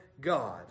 God